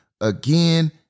again